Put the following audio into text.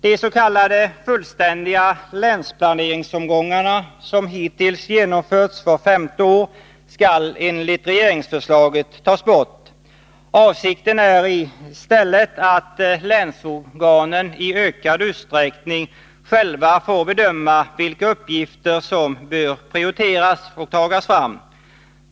De s.k. fullständiga länsplaneringsomgångar som hittills genomförts vart femte år skall enligt regeringsförslaget tas bort. Avsikten är i stället att länsorganen i ökad utsträckning själva får bedöma vilka uppgifter som bör prioriteras och tagas fram.